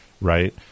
right